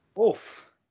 Oof